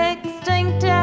Extinct